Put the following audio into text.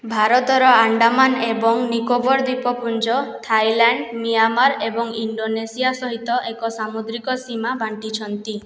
ଭାରତର ଆଣ୍ଡାମାନ ଏବଂ ନିକୋବର ଦ୍ୱୀପପୁଞ୍ଜ ଥାଇଲାଣ୍ଡ ମିଆଁମାର ଏବଂ ଇଣ୍ଡୋନେସିଆ ସହିତ ଏକ ସାମୁଦ୍ରିକ ସୀମା ବାଣ୍ଟିଛନ୍ତି